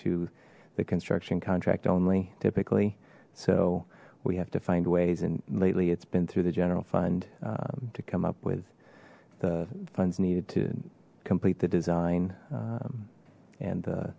to the construction contract only typically so we have to find ways and lately it's been through the general fund to come up with the funds needed to complete the design and